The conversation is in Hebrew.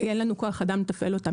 אין לנו כוח אדם לתפעל אותם.